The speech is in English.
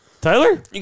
Tyler